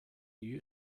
you